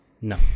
No